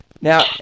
Now